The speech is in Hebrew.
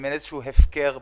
הן איזה שהוא הפקר במדינה.